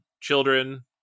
children